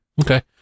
Okay